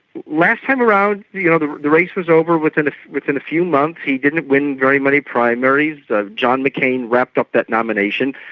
last time around, you know the the race was over within within a few months. he didn't win very many primaries. john mccain wrapped up that nomination.